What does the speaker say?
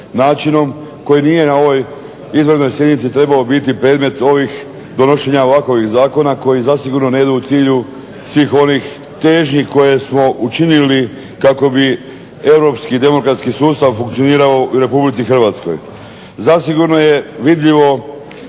načinom koji ovo izvanrednoj sjednici trebao biti predmet donošenja ovakovih zakona koji ne idu u cilju svih onih težnji koje smo učinili kako bi europski demokratski sustav funkcionirao u RH. Zasigurno je vidljivo